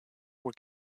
were